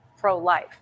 pro-life